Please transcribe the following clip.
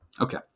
Okay